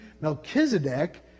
Melchizedek